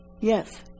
yes